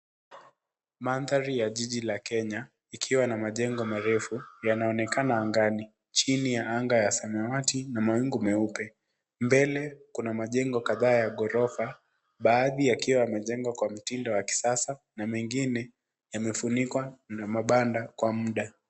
Mandhari ya jiji la Kenya, ikiwa na majengo marefu yanaonekana angani. Chini ya anga ya samawati na mawingu meupe. Mbele kuna majengo kadhaa ya ghorofa, baadhi yakiwa yamejengwa kwa mtindo wa kisasa na mengine yamefunikwa na mabanda kwa muda.